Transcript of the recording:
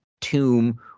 tomb